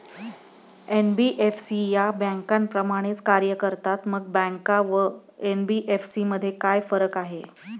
NBFC या बँकांप्रमाणेच कार्य करतात, मग बँका व एन.बी.एफ.सी मध्ये काय फरक आहे?